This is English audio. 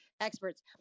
experts